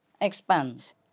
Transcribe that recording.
expands